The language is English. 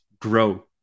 grow